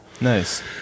nice